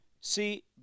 see